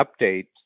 update